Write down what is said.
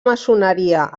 maçoneria